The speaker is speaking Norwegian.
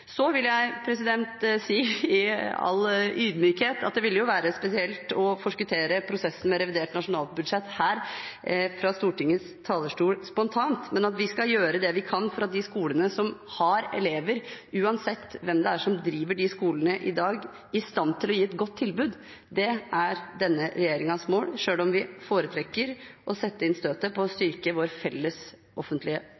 Jeg vil si i all ydmykhet at det vil være spesielt å forskuttere prosessen med revidert nasjonalbudsjett her fra Stortingets talerstol spontant, men at vi skal gjøre det vi kan for at de skolene som har elever, uansett hvem det er som driver de skolene i dag, er i stand til å gi et godt tilbud. Det er denne regjeringens mål – selv om vi foretrekker å sette inn støtet på å